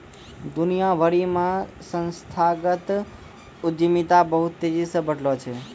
दुनिया भरि मे संस्थागत उद्यमिता बहुते तेजी से बढ़लो छै